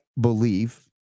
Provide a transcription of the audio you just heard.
believe